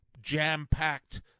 jam-packed